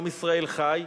עם ישראל חי.